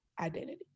identity